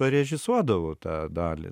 parežisuodavau tą dalį